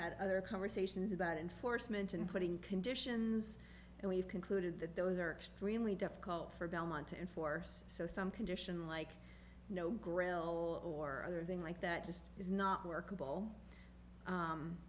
had other conversations about enforcement and putting conditions and we've concluded that those are extremely difficult for belmont to enforce so some condition like no ground hole or other thing like that just is not workable